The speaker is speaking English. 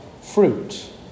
fruit